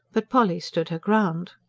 but polly stood her ground.